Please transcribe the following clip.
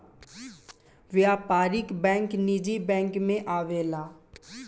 व्यापारिक बैंक निजी बैंक मे आवेला